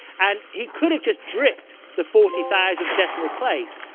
and he could've just dripped the forty thousand decimal place,